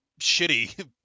shitty